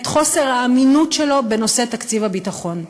את חוסר האמינות שלו בנושא תקציב הביטחון.